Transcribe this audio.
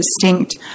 distinct